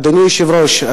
אדוני היושב-ראש,